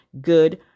good